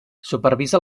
supervisa